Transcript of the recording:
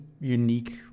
unique